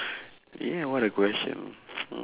yeah what a question hmm